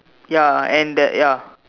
ya and that ya